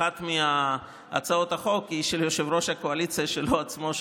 אחת מהצעות החוק היא של יושב-ראש הקואליציה שלו עצמו,